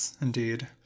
indeed